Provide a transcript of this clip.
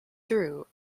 through